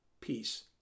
peace